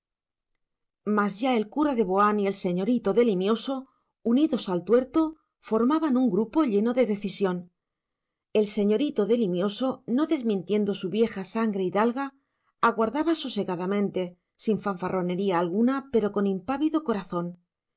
ya el cura de boán y el señorito de limioso unidos al tuerto formaban un grupo lleno de decisión el señorito de limioso no desmintiendo su vieja sangre hidalga aguardaba sosegadamente sin fanfarronería alguna pero con impávido corazón